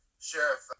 Sheriff